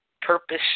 purpose